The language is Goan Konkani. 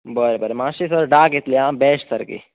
मातशए सर डाक येतले आ डाक सारकी